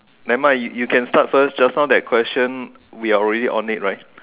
never mind you you can start first just now that question we already on it right